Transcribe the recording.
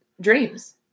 dreams